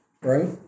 right